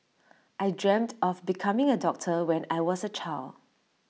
I dreamt of becoming A doctor when I was A child